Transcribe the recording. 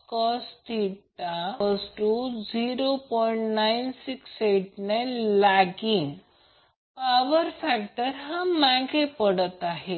आहे जर समजा जर कोणी विचारले की jj चे मूल्य काय आहे जे आपण पाहिले आहे आत्ताच आपण j e j π 2j पाहिले आहे याचा अर्थ ते e j 2 π 2 प्रत्यक्षात j2 1 आहे